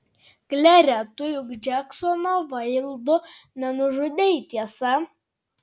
klere tu juk džeksono vaildo nenužudei tiesa